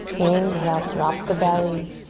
inhale, drop the belly.